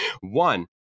One